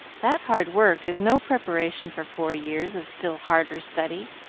that hard work is no preparation for four years of still harder study.